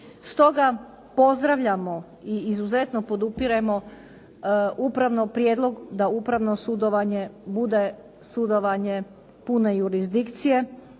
Stoga pozdravljamo i izuzetno podupiremo prijedlog da upravno sudovanje bude sudovanje pune jurisdikcije,